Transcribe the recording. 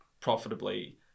profitably